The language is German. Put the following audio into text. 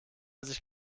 sich